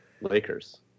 Lakers